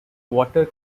water